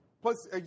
Plus